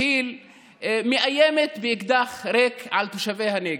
כיל, מאיימת באקדח ריק על תושבי הנגב.